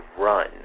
run